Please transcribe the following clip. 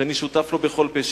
שאני שותף לו בכל פה.